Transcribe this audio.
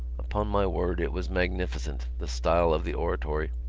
upon my word it was magnificent, the style of the oratory.